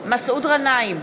מסעוד גנאים,